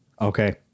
Okay